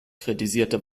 kritisierte